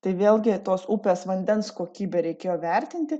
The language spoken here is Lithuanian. tai vėlgi tos upės vandens kokybę reikėjo vertinti